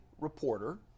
reporter